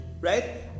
right